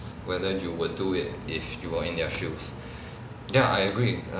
whether you will do it if you are in their shoes ya I agree err